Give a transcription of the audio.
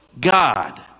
God